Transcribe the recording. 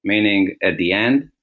meaning, at the end,